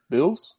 Bills